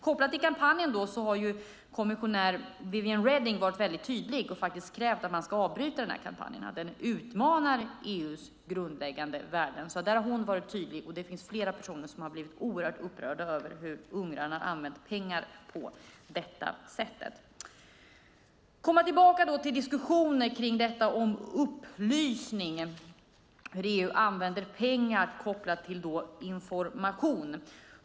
Kopplat till kampanjen har kommissionär Viviane Reding varit väldigt tydlig och faktiskt krävt att man ska avbryta kampanjen för att den utmanar EU:s grundläggande värden. Där har hon alltså varit tydlig, och det finns flera personer som har blivit oerhört upprörda över att ungrarna har använt pengar på detta sätt. Jag kommer tillbaka till diskussionen om detta med upplysning och hur EU använder pengar kopplat till information.